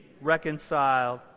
reconciled